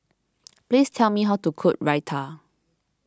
please tell me how to cook Raita